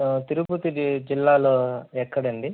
తిరుపతిది జిల్లాలో ఎక్కడండి